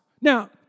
Now